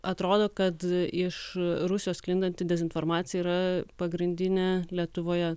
atrodo kad iš rusijos sklindanti dezinformacija yra pagrindinė lietuvoje